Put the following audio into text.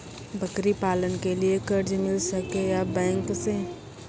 बकरी पालन के लिए कर्ज मिल सके या बैंक से?